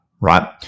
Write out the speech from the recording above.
right